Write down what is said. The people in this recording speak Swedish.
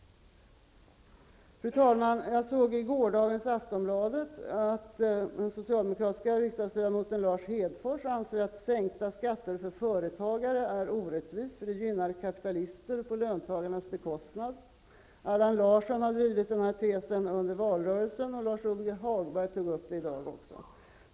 Fru talman! Jag såg i gårdagens Aftonbladet att den socialdemokratiska riksdagsledamoten Lars Hedfors anser att sänkta skatter för företagare är orättvist, eftersom det gynnar kapitalister på löntagarnas bekostnad. Allan Larsson har drivit denna tes under valrörelsen. Även Lars-Ove Hagberg tog upp detta i dag.